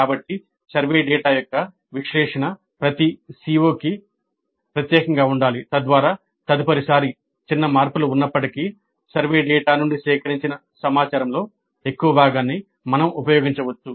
కాబట్టి survey data యొక్క విశ్లేషణ ప్రతి CO కి ప్రత్యేకంగా ఉండాలి తద్వారా తదుపరిసారి చిన్న మార్పులు ఉన్నప్పటికీ సర్వే డేటా నుండి సేకరించిన సమాచారంలో ఎక్కువ భాగాన్ని మనం ఉపయోగించవచ్చు